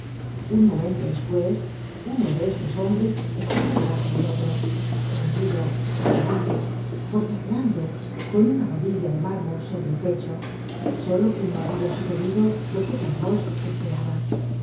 un momento despues uno de estos hombres estaba debajo del otro rendido jadeante forcejeando con una rodilla de mármol sobre el pecho solo que no habia sucedido lo que gavroche esperaba